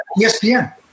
ESPN